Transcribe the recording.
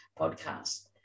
podcast